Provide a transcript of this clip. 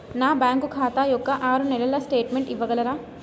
నా బ్యాంకు ఖాతా యొక్క ఆరు నెలల స్టేట్మెంట్ ఇవ్వగలరా?